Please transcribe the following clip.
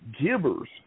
Givers